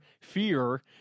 fear